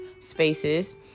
spaces